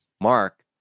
mark